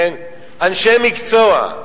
אנשי מקצוע,